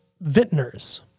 vintners